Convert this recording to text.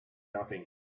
nothing